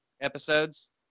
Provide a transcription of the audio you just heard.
episodes